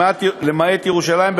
למעט ירושלים,